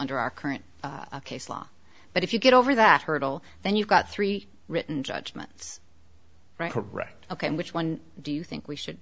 under our current case law but if you get over that hurdle then you've got three written judgments right correct ok which one do you think we should